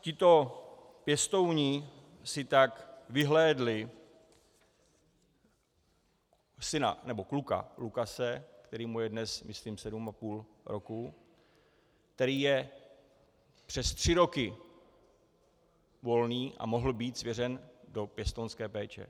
Tito pěstouni si tak vyhlédli syna, nebo kluka, Lukase, kterému je dnes myslím sedm a půl roku, který je přes tři roky volný a mohl být svěřen do pěstounské péče.